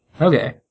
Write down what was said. Okay